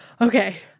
Okay